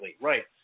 right